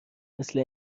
مثل